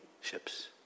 ships